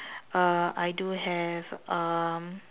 uh I do have um